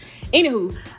Anywho